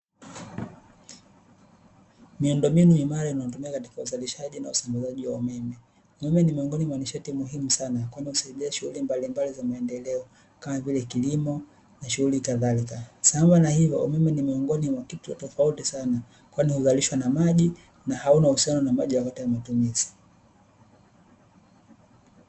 Miundombinu imara inayo tumika katika uzalishaji na usambazaji wa umeme, umeme ni miongoni mwa nishati muhimu sana, kwani husaidia shughuli mbalimbali za maendeleo, kama vile kilimo na shughuli kadhalika. Sambamba na hilo umeme ni miongoni mwa kitu tofauti sana kwani huzalishwa na maji na hauna uhusiano na maji ya matumizi.